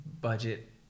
budget